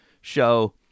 show